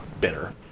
bitter